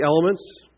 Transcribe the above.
elements